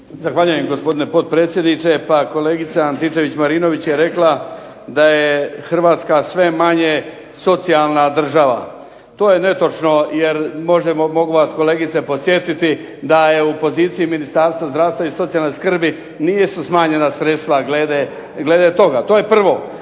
Zahvaljujem gospodine potpredsjedniče. Kolegica Antičević-Marinović je rekla da je Hrvatska sve manje socijalna država. To je netočno jer mogu vas kolegice podsjetiti da je u poziciji Ministarstva zdravstva i socijalne skrbi nisu smanjena sredstva glede toga. To je prvo.